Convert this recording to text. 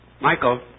Michael